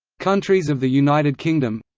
countries of the united kingdom